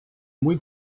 muy